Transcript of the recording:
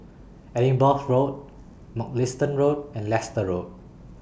Edinburgh Road Mugliston Road and Leicester Road